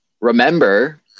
remember